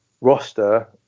roster